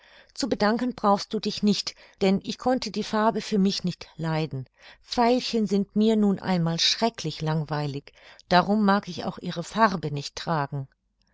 zu bedanken brauchst du dich nicht denn ich konnte die farbe für mich nicht leiden veilchen sind mir nun einmal schrecklich langweilig darum mag ich auch ihre farbe nicht tragen